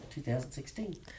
2016